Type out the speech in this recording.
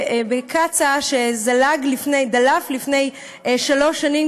בקצא"א, ודלף לפני כמעט שלוש שנים